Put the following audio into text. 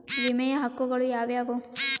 ವಿಮೆಯ ಹಕ್ಕುಗಳು ಯಾವ್ಯಾವು?